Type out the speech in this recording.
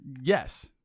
yes